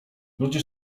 ludzie